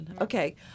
Okay